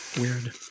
weird